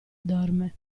dorme